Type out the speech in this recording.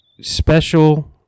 special